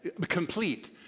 complete